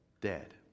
dead